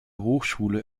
hochschule